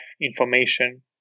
information